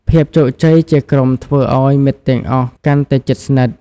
ភាពជោគជ័យជាក្រុមធ្វើឲ្យមិត្តទាំងអស់កាន់តែជិតស្និទ្ធ។